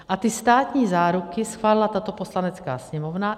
A ty státní záruky schválila tato Poslanecká sněmovna.